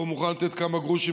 או מוכן לתת כמה גרושים,